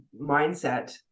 mindset